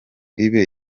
ibe